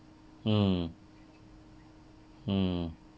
mm mm